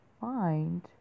find